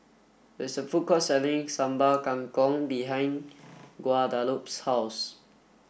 there is a food court selling Sambal Kangkong behind Guadalupe's house